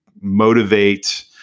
motivate –